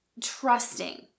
trusting